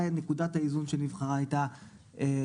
היא נקודת האיזון שנבחרה והיא הייתה מקורות